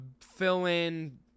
fill-in